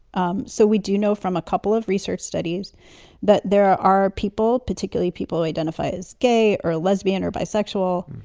um so we do know from a couple of research studies that there are people, particularly people who identify as gay or lesbian or bisexual,